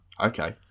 Okay